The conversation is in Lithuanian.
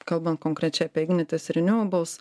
kalbant konkrečiai apie ignitis renewables